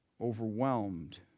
overwhelmed